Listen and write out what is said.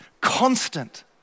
Constant